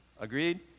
Agreed